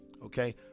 Okay